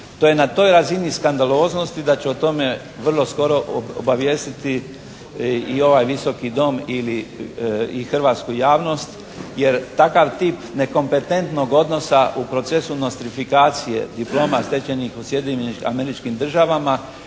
To je na toj razini skandaloznosti da ću o tome vrlo skoro obavijestiti i ovaj Visoki dom i hrvatsku javnost. Jer takav tip nekompetentnog odnosa u procesu nostrifikacije diploma stečenih u Sjedinjenim Američkim Državama